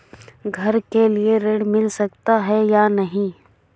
घर के लिए ऋण मिल सकता है या नहीं?